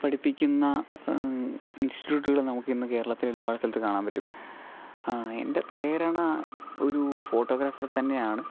പഠിപ്പിക്കുന്ന ഇൻസ്റ്റിട്യൂട്ടുകൾ നമുക്കിന്ന് കേരളത്തിൽ ഒരുപാട് സ്ഥലത്ത് കാണാൻ പറ്റും എൻ്റെ പ്രേരണ ഒരു ഫോട്ടോഗ്രാഫർ തന്നെയാണ്